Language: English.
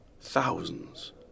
thousands